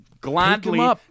gladly